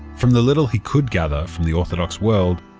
from the little he could gather from the orthodox world,